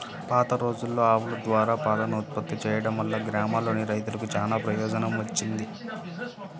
పాతరోజుల్లో ఆవుల ద్వారా పాలను ఉత్పత్తి చేయడం వల్ల గ్రామాల్లోని రైతులకు చానా ప్రయోజనం వచ్చేది